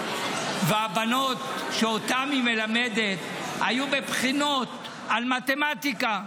והבנות שאותן היא מלמדת היו בבחינות על מתמטיקה,